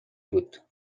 بود